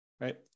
right